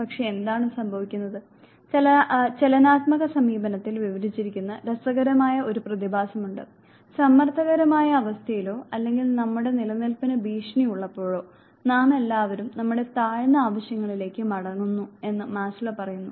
പക്ഷേ എന്താണ് സംഭവിക്കുന്നത് ചലനാത്മക സമീപനത്തിൽ വിവരിച്ചിരിക്കുന്ന രസകരമായ ഒരു പ്രതിഭാസമുണ്ട് സമ്മർദ്ദകരമായ അവസ്ഥയിലോ അല്ലെങ്കിൽ നമ്മുടെ നിലനിൽപ്പിന് ഭീഷണി ഉള്ളപ്പോളോ നാമെല്ലാവരും നമ്മുടെ താഴ്ന്ന ആവശ്യങ്ങളിലേക്ക് മടങ്ങുന്നു എന്ന് മാസ്ലോ പറയുന്നു